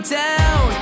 down